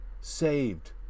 saved